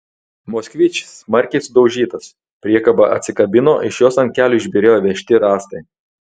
moskvič smarkiai sudaužytas priekaba atsikabino iš jos ant kelio išbyrėjo vežti rąstai